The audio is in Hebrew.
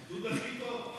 הגדוד הכי טוב.